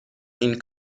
این